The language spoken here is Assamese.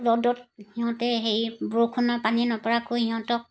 ৰ'দত সিহঁতে সেই বৰষুণৰ পানী নপৰাকৈ সিহঁতক